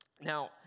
Now